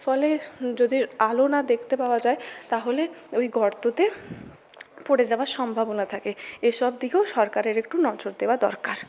ফলে যদি আলো না দেখতে পাওয়া যায় তাহলে ওই গর্ততে পড়ে যাওয়ার সম্ভাবনা থাকে এসব দিকেও সরকারের একটু নজর দেওয়া দরকার